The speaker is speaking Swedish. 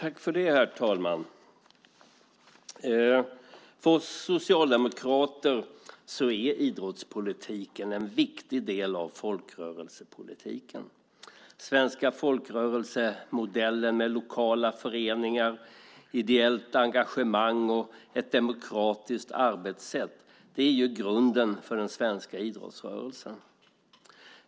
Herr talman! För oss socialdemokrater är idrottspolitiken en viktig del av folkrörelsepolitiken. Svenska folkrörelsemodellen med lokala föreningar, ideellt engagemang och ett demokratiskt arbetssätt är grunden för den svenska idrottsrörelsen.